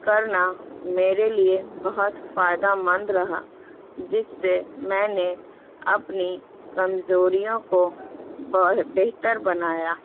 کرنا میرے لیے بہت فائدہ مند رہا جس سے میں نے اپنی کمزوروں کو بہ بہتر بنایا